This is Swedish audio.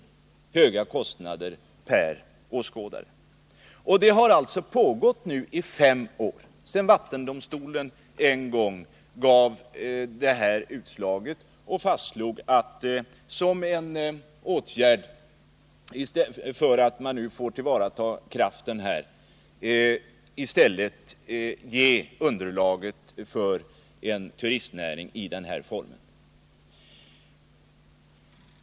Denna verksamhet har nu alltså pågått i fem år, sedan Vattendomstolen fällde sitt utslag och fastslog att man på prov skulle möjliggöra detta evenemang för turistnäringen.